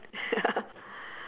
ya